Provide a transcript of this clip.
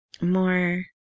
more